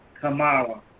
Kamala